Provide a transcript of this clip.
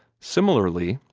similarly,